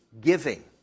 giving